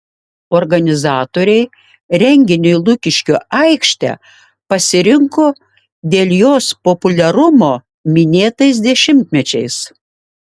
organizatoriai renginiui lukiškių aikštę pasirinko dėl jos populiarumo minėtais dešimtmečiais